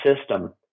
system